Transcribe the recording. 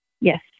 Yes